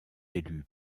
élu